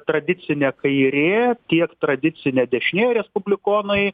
tradicinė kairė tiek tradicinė dešinė respublikonai